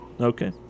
Okay